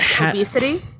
obesity